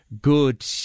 good